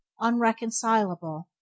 unreconcilable